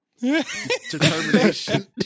determination